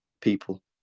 people